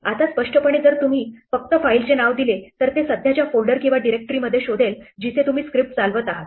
आता स्पष्टपणे जर तुम्ही फक्त फाईलचे नाव दिले तर ते सध्याच्या फोल्डर किंवा डिरेक्टरीमध्ये शोधेल जिथे तुम्ही स्क्रिप्ट चालवत आहात